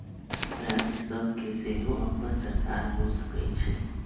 राज्य सभ के सेहो अप्पन सरकार हो सकइ छइ